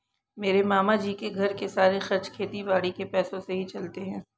मेरे मामा जी के घर के सारे खर्चे खेती बाड़ी के पैसों से ही चलते हैं